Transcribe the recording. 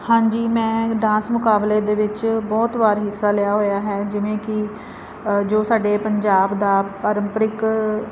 ਹਾਂਜੀ ਮੈਂ ਡਾਂਸ ਮੁਕਾਬਲੇ ਦੇ ਵਿੱਚ ਬਹੁਤ ਵਾਰੀ ਹਿੱਸਾ ਲਿਆ ਹੋਇਆ ਹੈ ਜਿਵੇਂ ਕਿ ਜੋ ਸਾਡੇ ਪੰਜਾਬ ਦਾ ਪਾਰੰਪਰਿਕ